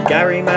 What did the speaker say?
Gary